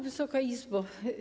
Wysoka Izbo!